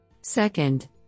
Second